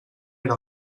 era